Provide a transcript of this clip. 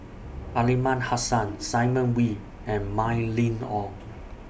Aliman Hassan Simon Wee and Mylene Ong